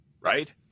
right